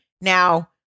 Now